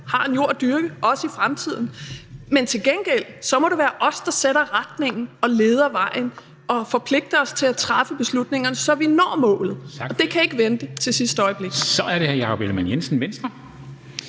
har en jord at dyrke, også i fremtiden. Men til gengæld må det være os, der sætter retningen og leder vejen og forpligter os til at træffe beslutningerne, så vi når målet. Og det kan ikke vente til sidste øjeblik. Kl. 14:18 Formanden (Henrik